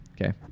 Okay